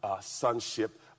sonship